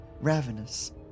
ravenous